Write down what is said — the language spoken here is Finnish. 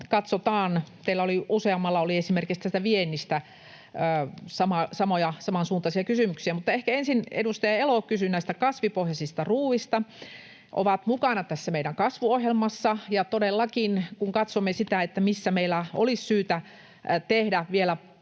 katsotaan — teillä useammalla oli esimerkiksi tästä viennistä samansuuntaisia kysymyksiä. Mutta ehkä ensin: edustaja Elo kysyi näistä kasvipohjaisista ruoista, jotka ovat mukana tässä meidän kasvuohjelmassa. Ja todellakin, kun katsomme sitä, missä meillä olisi syytä tehdä vielä